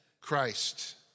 Christ